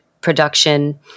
production